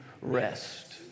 rest